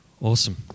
Awesome